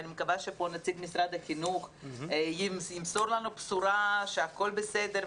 ואני מקווה שנציג משרד החינוך ימסור לנו בשורה שהכל בסדר,